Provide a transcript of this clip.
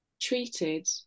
treated